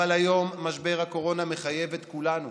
אבל היום משבר הקורונה מחייב את כולנו